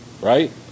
right